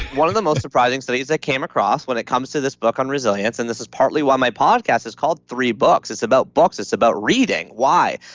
one of the most surprising studies i came across when it comes to this book on resilience and this is partly why my podcast is called three books. it's about books, it's about reading, why?